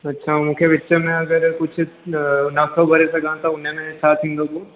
अच्छा मूंखे विच में अगरि कुझु न थो भरे सघां त छा थींदो पोइ